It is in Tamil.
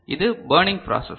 எனவே இது பர்னிங் ப்ராசெஸ்